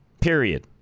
Period